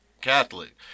catholic